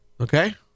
Okay